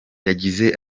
yagize